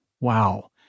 wow